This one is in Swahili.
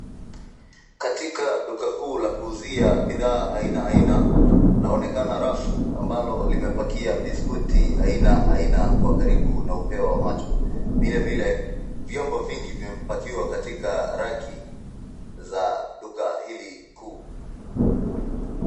Katika duka kuu la kuuzia bidhaa aina aina, laonekana rafu ambalo limepakia biskuti aina aina kwa karibu na upeo wa macho. Vilevile vyombo vingi vimepakiwa katika raki za duka hili kuu.